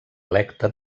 electe